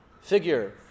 figure